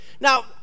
Now